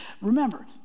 remember